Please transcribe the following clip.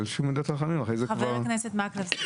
חבר הכנסת מקלב,